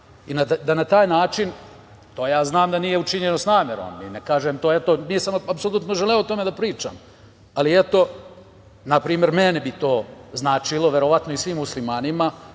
i da na taj način, to ja znam da nije učinjeno s namerom i ne kažem to, nisam apsolutno želeo o tome da pričam, ali eto, na primer, meni bi to značilo, verovatno i svim muslimanima,